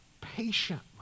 patient